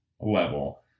level